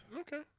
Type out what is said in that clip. Okay